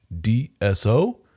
DSO